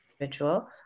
individual